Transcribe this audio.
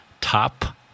Top